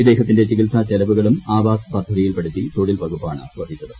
ഇദ്ദേഹത്തിന്റെ ചികിത്സാചെലവുകളും ആവാസ് പദ്ധതിയിൽപ്പെടുത്തി തൊഴിൽ വകുപ്പാണ് വഹിച്ചത്